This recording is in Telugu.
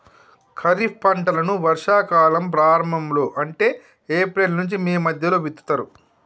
ఖరీఫ్ పంటలను వర్షా కాలం ప్రారంభం లో అంటే ఏప్రిల్ నుంచి మే మధ్యలో విత్తుతరు